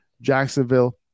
Jacksonville